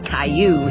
Caillou